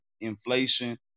inflation